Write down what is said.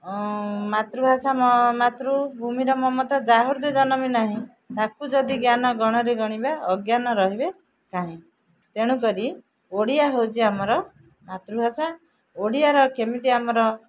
ମାତୃଭାଷା ମ ମାତୃଭୂମିର ମମତା ଯାହା ହୃଦେ ଜନମି ନାହିଁ ତାକୁ ଯଦି ଜ୍ଞାନ ଗଣରେ ଗଣିବା ଅଜ୍ଞାନ ରହିବେ କାହିଁ ତେଣୁ କରି ଓଡ଼ିଆ ହେଉଛି ଆମର ମାତୃଭାଷା ଓଡ଼ିଆର କେମିତି ଆମର